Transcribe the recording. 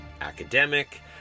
academic